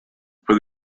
for